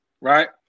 right